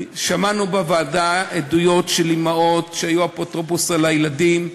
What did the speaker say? שמענו בוועדה עדויות של אימהות שהיו אפוטרופוס על הילדים,